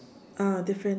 ah different